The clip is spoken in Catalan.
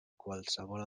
qualsevol